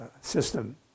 system